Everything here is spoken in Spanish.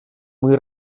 muy